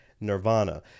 Nirvana